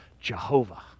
Jehovah